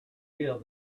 feel